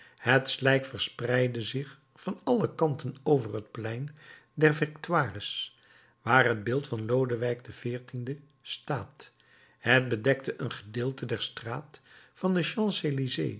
het slijk verspreidde zich van alle kanten over het plein der victoires waar het beeld van lodewijk xiv staat het bedekte een gedeelte der straat van de